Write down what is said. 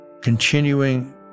continuing